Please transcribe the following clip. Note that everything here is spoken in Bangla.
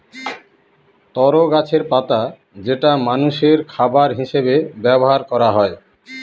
তরো গাছের পাতা যেটা মানষের খাবার হিসেবে ব্যবহার করা হয়